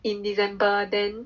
in december then